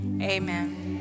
Amen